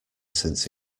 since